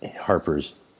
Harper's